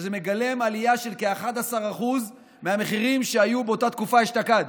שזה מגלם עלייה של כ-11% מהמחירים שהיו באותה תקופה אשתקד.